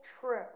true